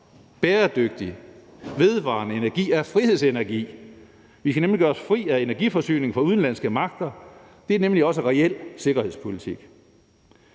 Bæredygtig, vedvarende energi er frihedsenergi, for vi kan nemlig gøre os fri af energiforsyning fra udenlandske magter; det er også reel sikkerhedspolitik.